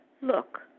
look